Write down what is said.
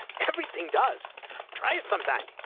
everything does try it sometime